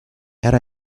era